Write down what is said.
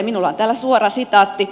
minulla on täällä suora sitaatti